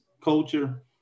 culture